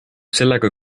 sellega